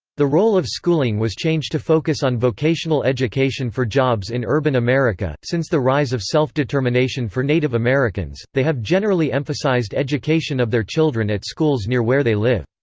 the role of schooling was changed to focus on vocational education for jobs in urban america since the rise of self-determination for native americans, they have generally emphasized education of their children at schools near where they live.